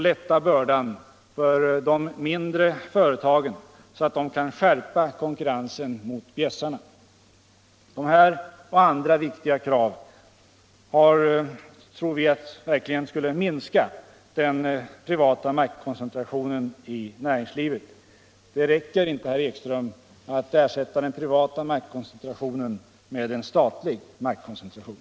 Lätta bördan för de mindre företagen, så att de kan skärpa konkurrensen mot bjässarna! De här och andra viktiga krav tror vi verkligen skulle minska den privata maktkoncentrationen i näringslivet. Det räcker inte, herr Ekström, att ersätta den privata maktkoncentrationen med en statlig maktkoncentration.